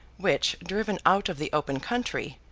which, driven out of the open country,